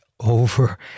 over